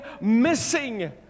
missing